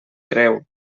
creu